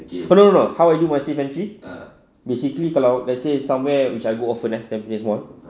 no no no how I do my safe entry basically kalau let's say somewhere which I go often eh tampines mall